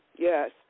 Yes